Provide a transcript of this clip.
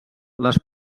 les